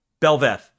Belveth